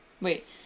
Wait